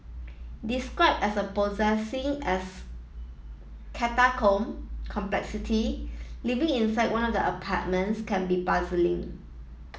described as possessing as catacomb complexity living inside one of the apartments can be puzzling